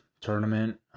tournament